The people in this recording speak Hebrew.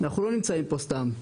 אנחנו לא נמצאים פה סתם.